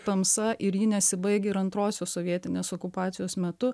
tamsa ir ji nesibaigia ir antrosios sovietinės okupacijos metu